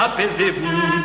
Apaisez-vous